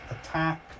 attack